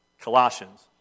Colossians